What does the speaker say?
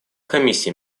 комиссии